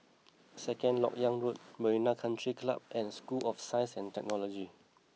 Second Lok Yang Road Marina Country Club and School of Science and Technology